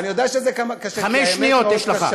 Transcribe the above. אני יודע כמה זה קשה, כי האמת מאוד קשה.